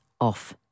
Off